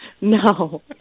No